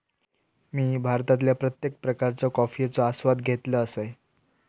मी भारतातील प्रत्येक प्रकारच्या कॉफयेचो आस्वाद घेतल असय